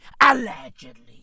Allegedly